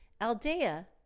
Aldea